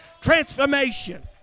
transformation